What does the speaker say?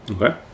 Okay